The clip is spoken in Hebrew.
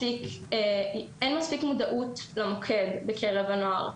אין מספיק מודעות למוקד בקרב בני הנוער.